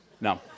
No